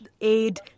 aid